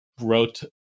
wrote